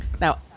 Now